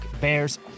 bears